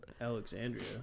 Alexandria